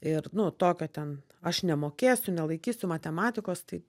ir nu tokio ten aš nemokėsiu nelaikysiu matematikos tai